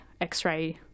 x-ray